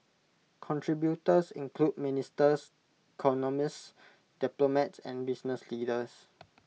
contributors include ministers economists diplomats and business leaders